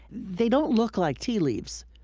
they don't look like tea leaves,